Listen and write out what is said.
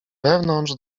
wewnątrz